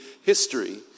history